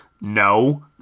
No